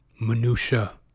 minutia